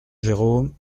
jérome